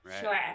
sure